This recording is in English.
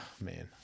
man